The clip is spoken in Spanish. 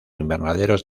invernaderos